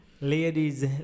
ladies